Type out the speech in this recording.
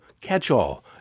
catch-all